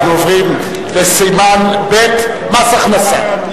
אנחנו עוברים לסימן ב', מס הכנסה.